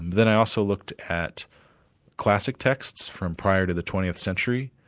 then i also looked at classic texts from prior to the twentieth century,